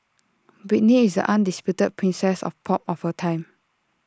Britney is the undisputed princess of pop of her time